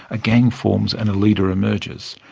a gang forms and a leader emerges.